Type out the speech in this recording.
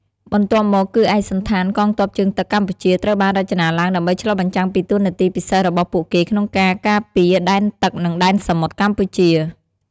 បន្ទាប់មកគឺឯកសណ្ឋានកងទ័ពជើងទឹកកម្ពុជាត្រូវបានរចនាឡើងដើម្បីឆ្លុះបញ្ចាំងពីតួនាទីពិសេសរបស់ពួកគេក្នុងការការពារដែនទឹក និងដែនសមុទ្រកម្ពុជា។